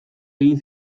egin